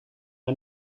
een